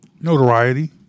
Notoriety